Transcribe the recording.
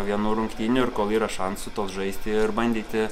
vienų rungtynių ir kol yra šansų tol žaisti ir bandyti